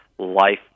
life